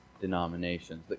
denominations